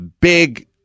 big